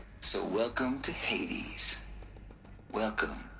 so welcome to hades welcome.